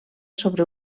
sobre